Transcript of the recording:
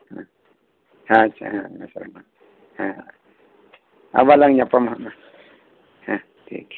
ᱦᱮᱸ ᱟᱪᱪᱷᱟ ᱵᱮᱥ ᱦᱮᱸ ᱦᱮᱸ ᱟᱵᱟᱨ ᱞᱟᱝ ᱧᱟᱯᱟᱢᱟ ᱦᱟᱜ ᱢᱟ ᱦᱮᱸ ᱵᱮᱥ ᱴᱷᱤᱠ ᱜᱮᱭᱟ